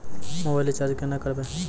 Mobile recharge केना करबै?